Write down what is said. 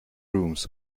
rooms